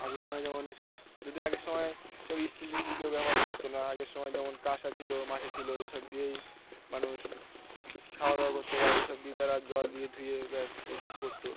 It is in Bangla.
আগের সময় যেমন এ সব যদি আগের সময় সব স্টিল টিল কেউ ব্যবহার করত না আগের সময় যেমন কাঁসা ছিল মাটি ছিল এই সব দিয়েই মানুষ খাওয়া দাওয়া করত বা এই সব দিয়ে তারা জল দিয়ে ধুয়ে ব্যাস এই সব করত